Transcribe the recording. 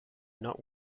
not